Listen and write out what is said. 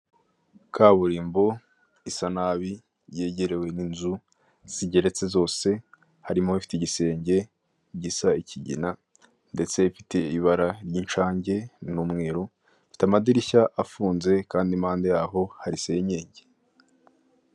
Kaburimbo isa nabi yegerewe n'inzu zigeretse zose, harimo ifite igisenge gisa ikigina, ndetse ifite ibara ry'inshange n'umweru, ifite amadirishya afunze kandi impande yaho hari senyenge.